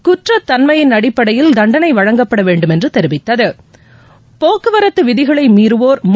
குற்றத் தன்மையின் அடிப்படையில் தண்டனை வழங்கப்பட வேண்டும் என்று தெரிவித்தது போக்குவரத்து விதிகளை மீறுவோர்மீது